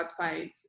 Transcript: websites